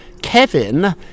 Kevin